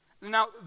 Now